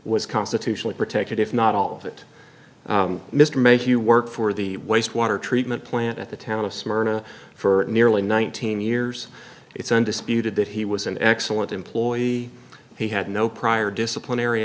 was constitutionally protected if not all of it mr make you work for the wastewater treatment plant at the town of smyrna for nearly nineteen years it's undisputed that he was an excellent employee he had no prior disciplinary